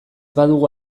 badugu